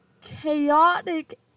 chaotic